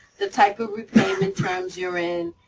the type of repayment terms you're in.